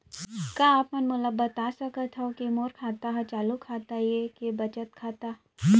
का आप मन मोला बता सकथव के मोर खाता ह चालू खाता ये के बचत खाता?